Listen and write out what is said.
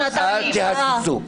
נתת לו שעה.